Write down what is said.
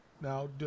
now